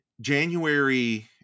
January